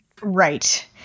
right